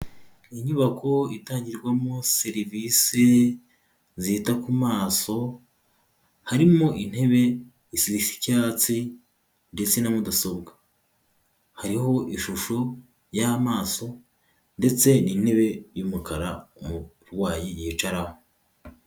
Inyubako itangirwamo serivisi zita ku maso, harimo intebe zisa cyatsi ndetse na mudasobwa, hariho ishusho y'amaso ndetse n'intebe y'umukara umurwayi yicaraho.